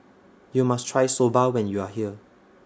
YOU must Try Soba when YOU Are here